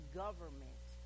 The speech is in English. government